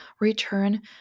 return